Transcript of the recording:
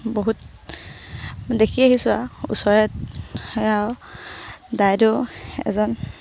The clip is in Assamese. বহুত দেখি আহিছোঁ আৰু ওচৰে দাইদেউ এজন